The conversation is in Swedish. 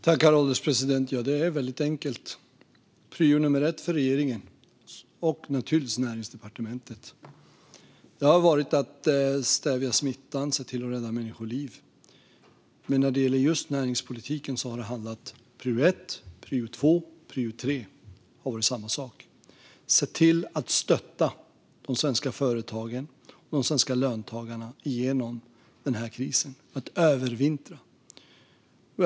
Herr ålderspresident! Det är väldigt enkelt. Prio nummer ett för regeringen och naturligtvis för Näringsdepartementet har varit att stävja smittan och rädda människoliv. När det gäller just näringspolitiken har prio ett, prio två och prio tre varit samma sak: att se till att stötta de svenska företagen och de svenska löntagarna genom den här krisen - att hjälpa dem att övervintra.